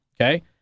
Okay